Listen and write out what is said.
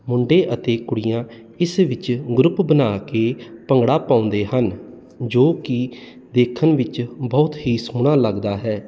ਮੁੰਡੇ ਅਤੇ ਕੁੜੀਆਂ ਇਸ ਵਿੱਚ ਗਰੁੱਪ ਬਣਾ ਕੇ ਭੰਗੜਾ ਪਾਉਂਦੇ ਹਨ ਜੋ ਕਿ ਦੇਖਣ ਵਿੱਚ ਬਹੁਤ ਹੀ ਸੋਹਣਾ ਲੱਗਦਾ ਹੈ